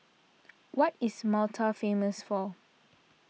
what is Malta famous for